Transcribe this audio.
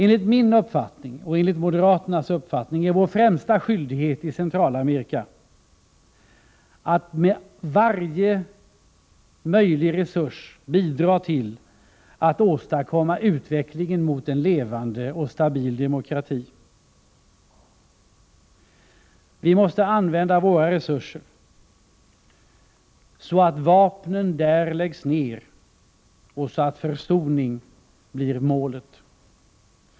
Enligt min uppfattning och enligt moderaternas uppfattning är vår främsta skyldighet i Centralamerika att med varje möjlig resurs bidra till att åstadkomma en utveckling mot en levande och stabil demokrati. Vi måste använda våra resurser så att vapnen där läggs ner och så att försoning blir målet.